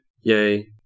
Yay